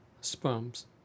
sperms